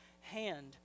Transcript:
hand